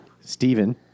Stephen